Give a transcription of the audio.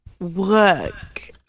work